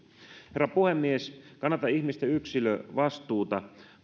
herra puhemies kannatan ihmisten yksilönvastuuta